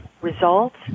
results